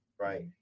right